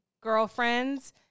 girlfriends